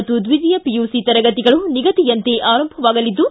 ಮತ್ತು ದ್ವಿತೀಯ ಪಿಯುಸಿ ತರಗತಿಗಳು ನಿಗದಿಯಂತೆ ಆರಂಭವಾಗಲಿದ್ದು